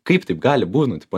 kaip taip gali būt nu tipo